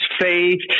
faith